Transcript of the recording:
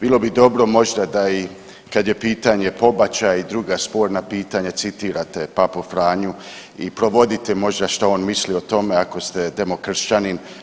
Bilo bi dobro možda da i kad je pitanje pobačaja i druga sporna pitanja citirate Papu Franju i provodite možda što on misli o tome ako ste demokršćanin.